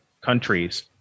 countries